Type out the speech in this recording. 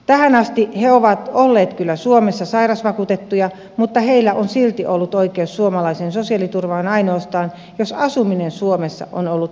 tähän asti he ovat olleet kyllä suomessa sairausvakuutettuja mutta heillä on silti ollut oikeus suomalaiseen sosiaaliturvaan ainoastaan jos asuminen suomessa on ollut vakinaista